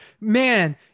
man